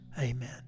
Amen